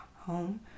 home